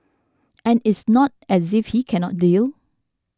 and it's not as if he cannot deal